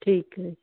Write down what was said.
ਠੀਕ ਹੈ